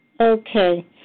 Okay